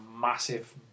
massive